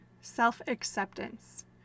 self-acceptance